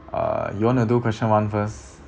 uh you wanna do question one first